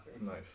Nice